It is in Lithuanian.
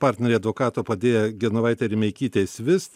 partneriai advokato padėjėja genovaitė rimeikytė svist